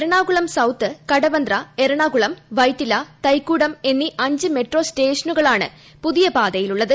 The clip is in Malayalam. എറണാകുളം സൌത്ത് കടവന്ത്ര എറണാകുളം വൈറ്റിലതൈക്കുടം എന്നീ അഞ്ച് മെട്രോ സ്റ്റേഷനുകളാണ് പുതിയ പാതയിലുള്ളത്